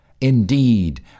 Indeed